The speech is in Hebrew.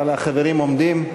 אבל החברים עומדים.